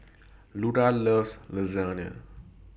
Luda loves Lasagne